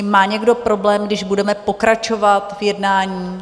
Má někdo problém, když budeme pokračovat v jednání?